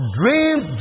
dreams